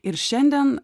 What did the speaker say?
ir šiandien